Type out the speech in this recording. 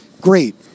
great